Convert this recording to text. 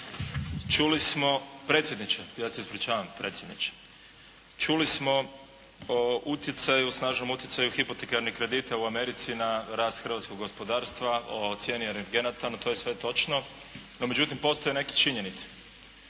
čuje./... Predsjedniče, ja se ispričavam. Predsjedniče. Čuli smo o utjecaju, snažnom utjecaju hipotekarnih kredita u Americi na rast hrvatskog gospodarstva, o cijeni energenata. No, to je sve točno. No međutim, postoje neke činjenice.